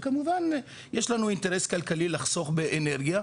וכמובן יש לנו אינטרס כלכלי לחסוך באנרגיה,